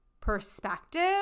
perspective